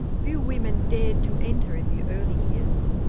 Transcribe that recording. few women dared to enter in the early years.